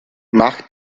mach